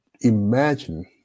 imagine